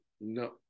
no